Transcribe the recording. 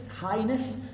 Highness